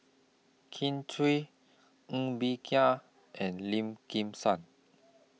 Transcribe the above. Kin Chui Ng Bee Kia and Lim Kim San